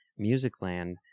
Musicland